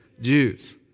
Jews